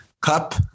Cup